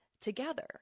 together